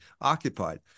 occupied